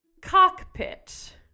cockpit